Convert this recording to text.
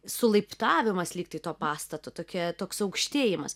sulaiptavimas lygtai to pastato tokia toks aukštėjimas